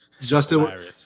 Justin